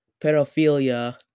pedophilia